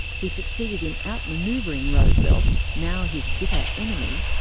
he succeeded in outmanoeuvring roosevelt, now his bitter enemy,